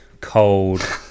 cold